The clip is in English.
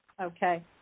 Okay